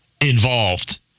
involved